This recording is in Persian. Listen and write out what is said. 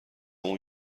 اون